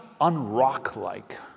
unrock-like